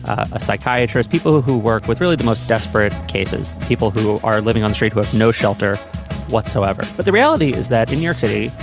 a psychiatrist, people who who work with really the most desperate cases, people who are living on street, who have no shelter whatsoever. but the reality is that in your city,